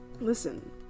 Listen